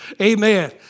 Amen